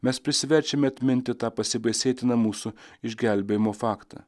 mes prisiverčiame atminti tą pasibaisėtiną mūsų išgelbėjimo faktą